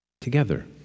together